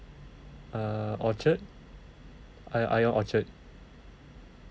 err orchard i~ ion orchard